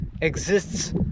exists